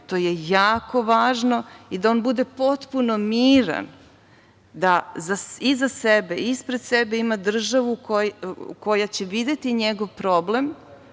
To je jako važno i da on bude potpuno miran da iza sebe i ispred sebe ima državu koja će videti njegov problem